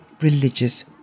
religious